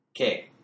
okay